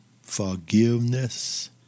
forgiveness